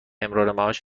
امرارمعاش